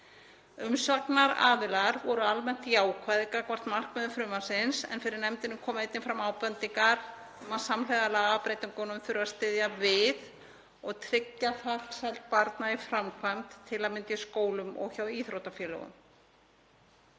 Umsagnaraðilar voru almennt jákvæðir gagnvart markmiðum frumvarpsins en fyrir nefndinni komu einnig fram ábendingar um að samhliða lagabreytingum þurfi að styðja við og tryggja farsæld barna í framkvæmd, til að mynda í skólum og hjá íþróttafélögum.